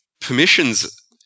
permissions